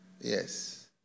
Yes